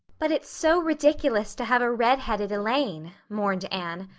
but it's so ridiculous to have a redheaded elaine, mourned anne.